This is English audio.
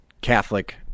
Catholic